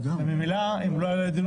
וממילא אם זה לא יעלה לדיון